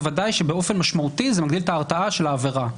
בוודאי שבאופן משמעותי זה מגדיל את ההרתעה של העבירה.